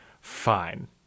Fine